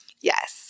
Yes